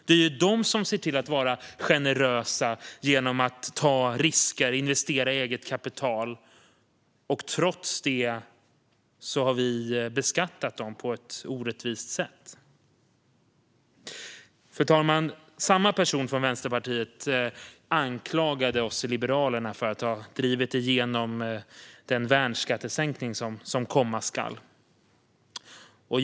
Det är de som ser till att vara generösa genom att ta risker och investera eget kapital. Trots detta har vi beskattat dem på ett orättvist sätt. Fru talman! Samma person från Vänsterpartiet anklagade oss i Liberalerna för att ha drivit igenom den värnskattesänkning som komma skall.